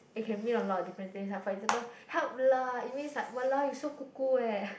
it can mean a lot of different things ah for example help lah it means like !walao! you so kuku eh